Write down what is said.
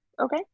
Okay